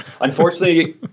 Unfortunately